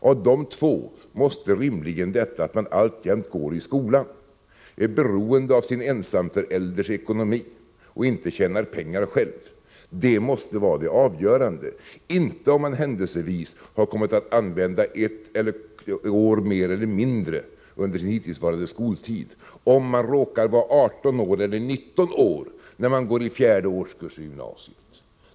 Av dessa två måste rimligen det att man alltjämt går i skolan, är beroende av sin ensamförälders ekonomi och inte tjänar pengar själv vara det avgörande, inte det förhållandet att man händelsevis har kommit att använda ett år mer eller mindre under sin hittillsvarande skoltid eller att man råkar vara 18 eller 19 år när man går i fjärde årskurs i gymnasiet.